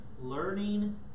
learning